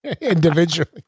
individually